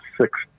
six